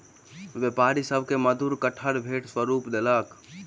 व्यापारी सभ के मधुर कटहर भेंट स्वरूप देलक